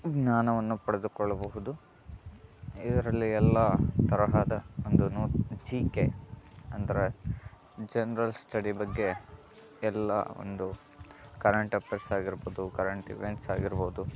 ಜ್ಞಾನವನ್ನು ಪಡೆದುಕೊಳ್ಳಬಹುದು ಇದರಲ್ಲಿ ಎಲ್ಲಾ ತರಹದ ಒಂದು ನೋಟ್ ಜಿ ಕೆ ಅಂದರೆ ಜನ್ರಲ್ ಸ್ಟಡಿ ಬಗ್ಗೆ ಎಲ್ಲಾ ಒಂದು ಕರೆಂಟ್ ಅಪೀಯರ್ಸ್ ಆಗಿರ್ಬೋದು ಕರೆಂಟ್ ಇವೆಂಟ್ಸ್ ಆಗಿರ್ಬೋದು